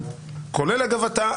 כולל אגב אתה,